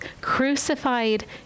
crucified